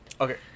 Okay